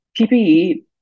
PPE